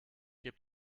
gebe